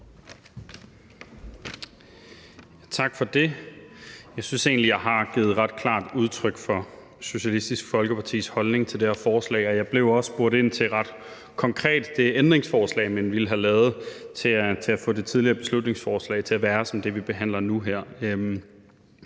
Tak for det. Jeg synes egentlig, jeg har givet ret klart udtryk for Socialistisk Folkepartis holdning til det her forslag, og jeg er også blevet spurgt ret konkret ind til det ændringsforslag, som man ville have lavet for at få det tidligere beslutningsforslag til at være som det, som vi behandler nu her.